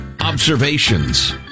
observations